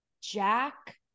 jack